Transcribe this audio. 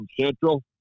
Central